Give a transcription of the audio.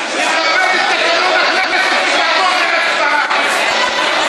תפזר את הכנסת ותעבור להצבעה.